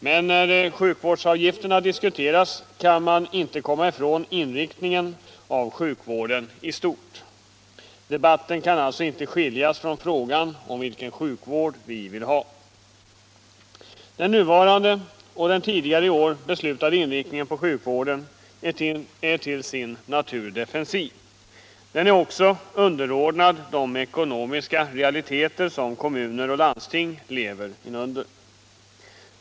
Men när sjukvårdsavgifterna diskuteras kan man inte komma ifrån inriktningen av sjukvården i stort. Debatten kan alltså inte skiljas från frågan om vilken sjukvård vi vill ha. Den nuvarande och den tidigare i år beslutade inriktningen av sjukvården är till sin natur defensiv. Den är också underordnad de ekonomiska realiteter som kommuner och landsting lever under.